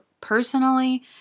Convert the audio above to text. personally